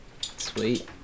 Sweet